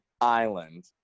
Island